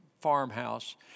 farmhouse